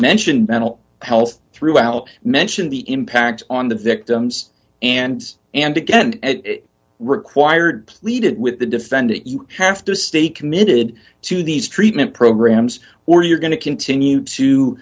mentioned mental health throughout mentioned the impact on the victims and and again it required pleaded with the defendant you have to stay committed to these treatment programs or you're going to continue to